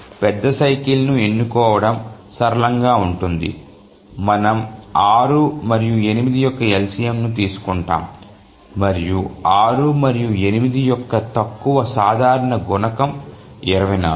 పెద్ద సైకిల్ ని ఎన్నుకోవడం సరళంగా ఉంటుంది మనము 6 మరియు 8 యొక్క LCM ను తీసుకుంటాము మరియు 6 మరియు 8 యొక్క తక్కువ సాధారణ గుణకం 24